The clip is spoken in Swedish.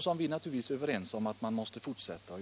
som vi naturligtvis är överens om måste fortsätta.